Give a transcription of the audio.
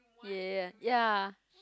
ya ya ya ya